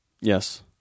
Yes